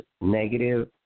negative